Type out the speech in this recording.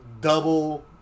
double